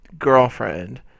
girlfriend